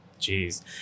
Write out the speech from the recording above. Jeez